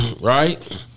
right